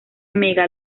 mega